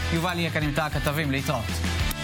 אני מתכבדת להודיעכם,